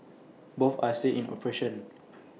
both are still in operation